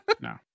no